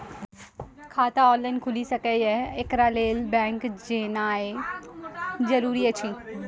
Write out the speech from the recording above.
खाता ऑनलाइन खूलि सकै यै? एकरा लेल बैंक जेनाय जरूरी एछि?